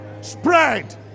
spread